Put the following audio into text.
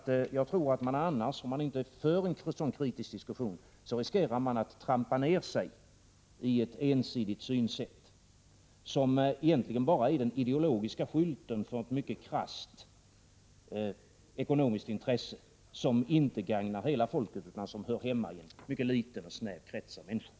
Jag tror att man annars, om man inte för en sådan kritisk diskussion, riskerar att trampa ned sigiett ensidigt synsätt, som egentligen bara är den ideologiska skylten för ett mycket krasst ekonomiskt intresse, som inte gagnar hela folket, utan som hör hemma i en mycket liten och snäv krets av människor.